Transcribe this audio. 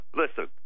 listen